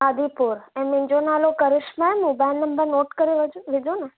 आदिपुर ऐं मुंहिंजो नालो करिश्मा आहे मोबाइल नम्बर नोट करे वठिजो विझो न